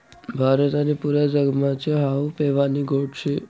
भारत आणि पुरा जगमा च्या हावू पेवानी गोट शे